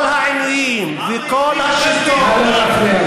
כל העינויים, נא לא להפריע.